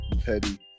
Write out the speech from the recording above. petty